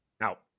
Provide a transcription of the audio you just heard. Out